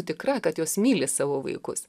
tikra kad jos myli savo vaikus